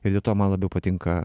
ir dėl to man labiau patinka